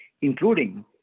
including